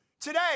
Today